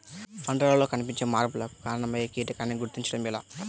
పంటలలో కనిపించే మార్పులకు కారణమయ్యే కీటకాన్ని గుర్తుంచటం ఎలా?